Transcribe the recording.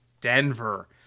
Denver